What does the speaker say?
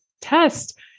test